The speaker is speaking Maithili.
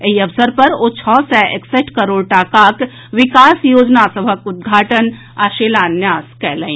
एहि अवसर पर ओ छओ सय एकसठि करोड़ टाकाक विकास योजना सभक उद्घाटन आ शिलान्यास कयलनि